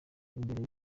imbere